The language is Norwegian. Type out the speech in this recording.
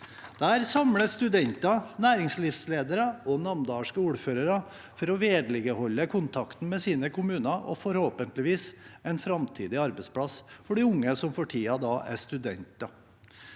Der samles studenter, næringslivsledere og namdalske ordførere for å vedlikeholde kontakten med sine kommuner og forhåpentligvis en framtidig arbeidsplass for de unge som for tiden da er studenter.